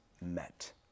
met